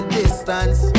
distance